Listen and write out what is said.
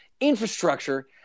infrastructure –